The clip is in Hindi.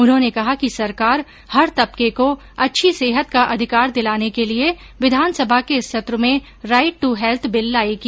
उन्होंने कहा कि सरकार हर तबके को अच्छी सेहत का अधिकार दिलाने के लिए विधानसभा के इस सत्र में राइट टू हैल्थ बिल लाएगी